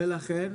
ולכן?